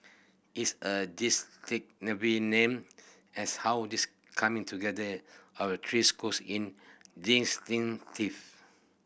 it's a name as how this coming together our three schools in